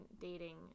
dating